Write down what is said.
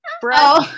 bro